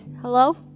hello